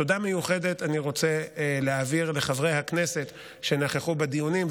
תודה מיוחדת אני רוצה להעביר לחברי הכנסת שנכחו בדיונים,